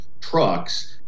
trucks